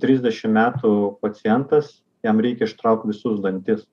trisdešim metų pacientas jam reiki ištraukt visus dantis